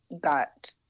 got